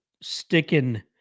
sticking